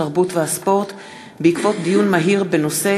התרבות והספורט בעקבות דיון מהיר בהצעה